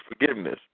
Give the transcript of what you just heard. forgiveness